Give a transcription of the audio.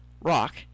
Rock